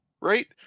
Right